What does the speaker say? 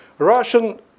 Russian